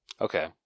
Okay